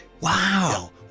Wow